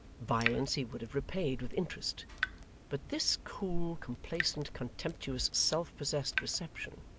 violence he would have repaid with interest but this cool, complacent, contemptuous, self-possessed reception,